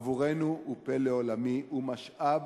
עבורנו הוא פלא עולמי, הוא משאב